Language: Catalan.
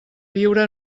viure